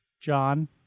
John